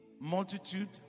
multitude